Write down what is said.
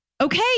okay